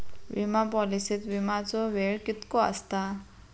विमा पॉलिसीत विमाचो वेळ कीतको आसता?